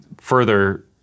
further